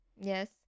Yes